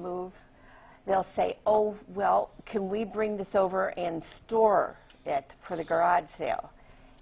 move they'll say oh well can we bring this over and store it for the garage sale